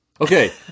Okay